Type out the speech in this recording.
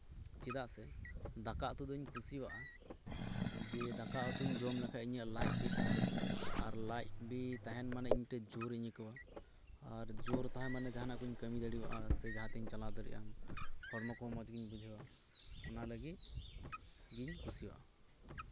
ᱪᱮᱫᱟᱜ ᱥᱮ ᱫᱟᱠᱟ ᱩᱛᱩ ᱫᱚᱧ ᱠᱩᱥᱤᱭᱟᱜᱼᱟ ᱡᱮ ᱫᱟᱠᱟ ᱩᱛᱩᱧ ᱤᱥᱤᱱ ᱞᱮᱠᱷᱟᱡ ᱤᱧᱟᱹᱧ ᱞᱟᱡ ᱵᱤ ᱛᱟᱸᱦᱮᱱᱟ ᱟᱨ ᱞᱟᱡ ᱵᱤ ᱛᱟᱸᱦᱮᱱ ᱢᱟᱱᱮ ᱤᱧ ᱡᱳᱨ ᱤᱧ ᱟᱹᱭᱠᱟᱣᱟ ᱟᱨ ᱡᱳᱨ ᱛᱟᱸᱦᱮ ᱢᱟᱱᱮ ᱡᱟᱸᱦᱟᱱᱟᱜ ᱠᱚᱧ ᱠᱟᱹᱢᱤ ᱫᱟᱲᱮᱭᱟᱜᱼᱟ ᱥᱮ ᱡᱟᱸᱦᱟ ᱛᱤᱧ ᱪᱟᱞᱟᱣ ᱫᱟᱲᱮᱭᱟᱜᱼᱟ ᱦᱚᱲᱢᱚ ᱠᱚ ᱢᱚᱸᱡ ᱜᱤᱧ ᱵᱩᱡᱷᱟᱹᱣᱟ ᱚᱱᱟ ᱞᱟᱹᱜᱤᱫ ᱜᱤᱧ ᱠᱩᱥᱤᱭᱟᱜᱼᱟ